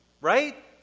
right